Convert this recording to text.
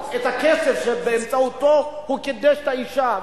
את הכסף שבאמצעותו הוא קידש את האשה.